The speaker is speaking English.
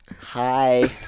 hi